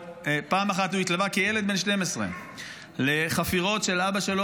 פעם הוא התלווה כילד בן 12 לחפירות של אבא שלו